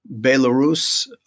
Belarus